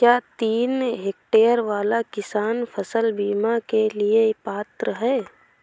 क्या तीन हेक्टेयर वाला किसान फसल बीमा के लिए पात्र हैं?